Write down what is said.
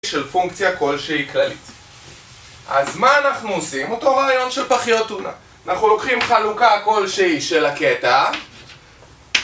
של פונקציה כלשהי כללית אז מה אנחנו עושים? אותו רעיון של פחיות טונה אנחנו לוקחים חלוקה כלשהי של הקטע